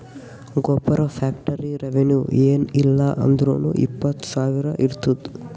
ಗೊಬ್ಬರ factory revenue ಏನ್ ಇಲ್ಲ ಅಂದುರ್ನೂ ಇಪ್ಪತ್ತ್ ಸಾವಿರ ಇರ್ತುದ್